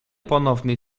ponownie